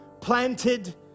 planted